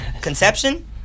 Conception